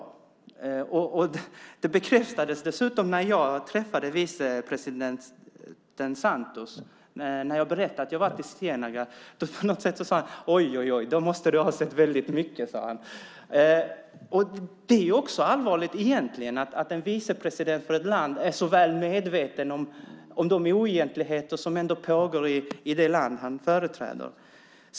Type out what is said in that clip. Den bild jag fick bekräftades också när jag träffade vicepresident Santos. När jag berättade att jag varit i Ciénaga sade han: Ojojoj, då måste du ha sett mycket. Det är allvarligt att en vicepresident för ett land är så väl medveten om de oegentligheter som pågår i det land han företräder.